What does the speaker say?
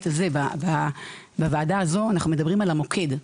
הזה ובוועדה הזו אנחנו מדברים על המוקד,